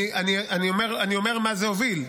אני אומר מה זה הוביל.